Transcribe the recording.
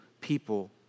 people